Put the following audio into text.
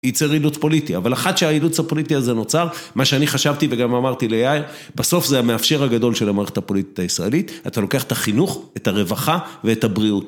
ייצר אילוץ פוליטי אבל אחת שהאילוץ הפוליטי הזה נוצר מה שאני חשבתי וגם אמרתי ליאיר, בסוף זה המאפשר הגדול של המערכת הפוליטית הישראלית אתה לוקח את החינוך את הרווחה ואת הבריאות